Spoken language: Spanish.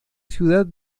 ciudad